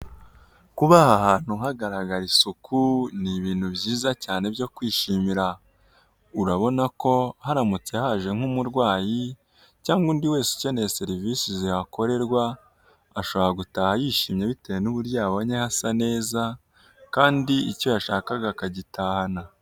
Kuba aha hantu hagaragare isuku, ni ibintu byiza cyane byo kwishimira. Urabona ko haramutse haje nk'umurwayi, cyangwa undi wese ukeneye serivisi zihakorerwa, ashobora gutaha yishimye bitewe n'uburyo yabonye hasa neza, kandi icyo yashakaga akagitahana.